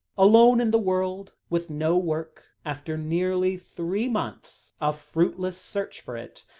alone in the world, with no work, after nearly three months of fruitless search for it,